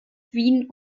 wien